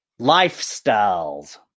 Lifestyles